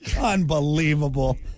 Unbelievable